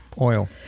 oil